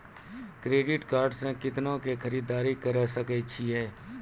Credit card से कितना के खरीददारी करे सकय छियै?